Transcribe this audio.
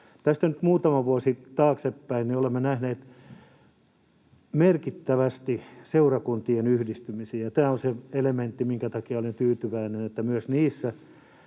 tästä muutama vuosi taaksepäin, niin olemme nähneet merkittävästi seurakuntien yhdistymisiä, ja tämä on se elementti, minkä takia olen tyytyväinen, että myös niissä